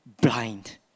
blind